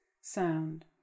sound